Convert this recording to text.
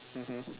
mmhmm